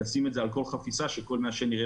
לשים את זה על כל חפיסה כך שכל מעשן יראה